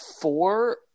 four